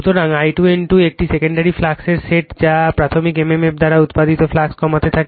সুতরাং I2 N2 একটি secondary ফ্লাক্সের সেট যা প্রাথমিক mmf দ্বারা উত্পাদিত ফ্লাক্স কমাতে থাকে